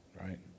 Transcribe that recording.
Right